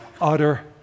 utter